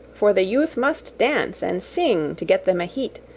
for the youth must dance and sing to get them a heat,